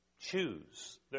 choose